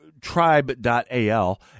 Tribe.al